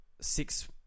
six